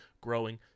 growing